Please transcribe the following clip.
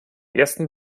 ersten